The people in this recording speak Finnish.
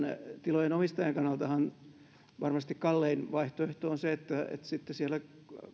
tilojen omistajien kannaltahan varmasti kallein vaihtoehto on se että sitten siellä